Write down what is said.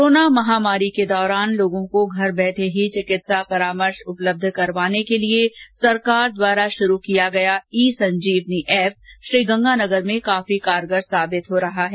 corona महामारी के दौरान लोगों को घर बैठे ही चिकित्सा परामर्श उपलब्ध करवाने के लिए सरकार द्वारा शुरू किया गया ई संजीवनी एप श्रीगंगानगर में काफी कारगर साबित हो रहा है